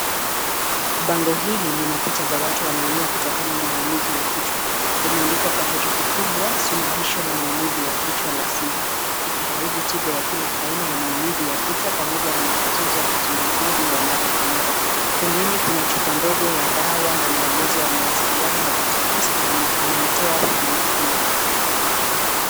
Bango hili lina picha za watu wanaoumia kutokana na maumivu ya kichwa. Imeandikwa kwa herufi kubwa, suluhisho la maumivu ya kichwa la siha, ikiahidi tiba ya kila aina ya maumivu ya kichwa pamoja na matatizo ya kizunguzungu wa mara kwa mara. Pembeni kuna chupa ndogo ya dawa na maelezo ya mawasiliano ya doctor Ismael, anayetoa huduma hiyo.